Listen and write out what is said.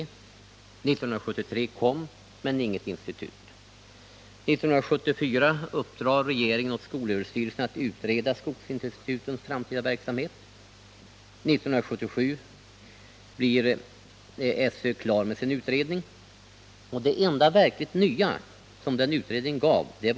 År 1973 kom, men inget institut. 1974 uppdrog regeringen åt skolöverstyrelsen att utreda frågan om skogsinstitutens framtida verksamhet. 1976 beslöt riksdagen att frågan om lokaliseringen skulle prövas på nytt, när SÖ-utredningen var klar.